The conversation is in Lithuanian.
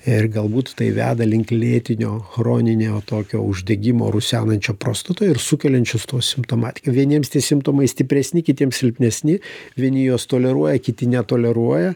ir galbūt tai veda link lėtinio chroninio o tokio uždegimo rusenančio prostatoj ir sukeliančius tuos simptomatiką vieniems tie simptomai stipresni kitiems silpnesni vieni juos toleruoja kiti netoleruoja